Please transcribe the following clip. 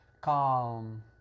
calm